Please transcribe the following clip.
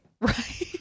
Right